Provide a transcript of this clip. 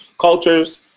cultures